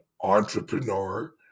entrepreneur